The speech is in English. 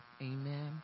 Amen